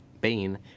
Bane